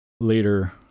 later